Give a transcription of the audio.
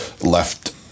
left